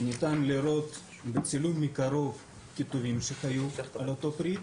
ניתן לראות בצילום מקרוב כיתובים שהיו על אותו פריט.